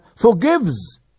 forgives